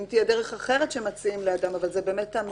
אם תהיה דרך אחרת שמציעים לאדם זאת המשטרה.